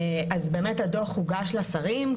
אז באמת הדו"ח הוגש לשרים.